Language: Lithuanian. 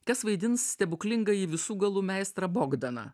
kas vaidins stebuklingąjį visų galų meistrą bogdaną